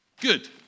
Good